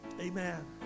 Amen